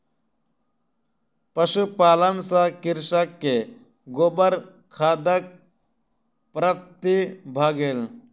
पशुपालन सॅ कृषक के गोबर खादक प्राप्ति भ गेल